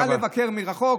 קל לבקר מרחוק,